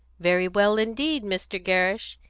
very well indeed, mr. gerrish.